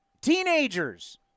Teenagers